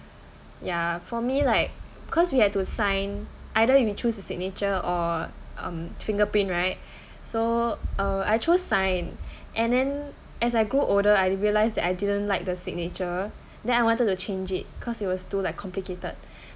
ya for me like because we have to sign either we choose the signature or um fingerprint right so uh I choose sign and then as I grow older I realise that I didn't like the signature then I wanted to change it cause it's too like complicated